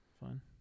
Fine